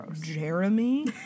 Jeremy